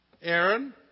Aaron